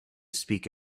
speak